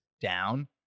down